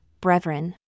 brethren